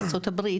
ארצות הברית,